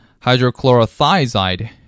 hydrochlorothiazide